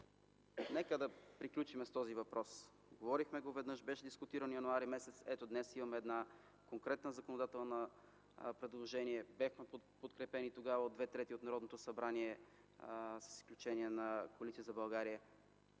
Нека да приключим с този въпрос. Говорихме веднъж, беше дискутиран през м. януари. Ето, днес имаме конкретно законодателно предложение. Тогава бяхме подкрепени от две трети от Народното събрание, с изключение на Коалиция за България.